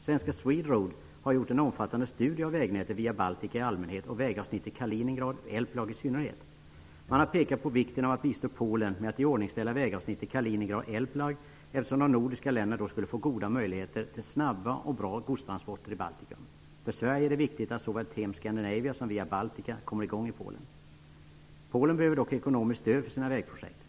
Svenska Sweroad har gjort en omfattande studie av vägnätet vad gäller Via Baltica i allmänhet och vägavsnittet Kaliningrad--Elblag i synnerhet. Man har pekat på vikten av att bistå Polen med att iordningställa vägavsnittet Kaliningrad--Elblag, eftersom de nordiska länderna då skulle få goda möjligheter till snabba och bra godstransporter i Baltikum. För Sverige är det viktigt att såväl Tem Polen behöver dock ekonomiskt stöd för sina vägprojekt.